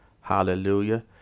Hallelujah